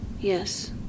Yes